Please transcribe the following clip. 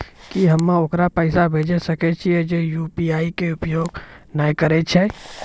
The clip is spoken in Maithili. की हम्मय ओकरा पैसा भेजै सकय छियै जे यु.पी.आई के उपयोग नए करे छै?